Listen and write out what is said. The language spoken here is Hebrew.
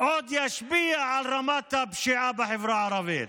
עוד ישפיע על רמת הפשיעה בחברה הערבית.